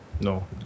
No